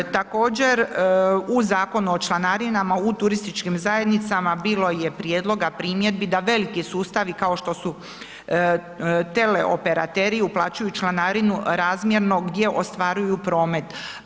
Također u Zakonu o članarinama u turističkim zajednicama bilo je prijedloga, primjedbi da veliki sustavi kao što su teleoperateri uplaćuju članarinu razmjerno gdje ostvaruju promet.